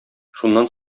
шуннан